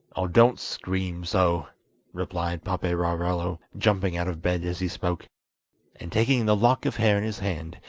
oh, don't scream so replied paperarello, jumping out of bed as he spoke and taking the lock of hair in his hand,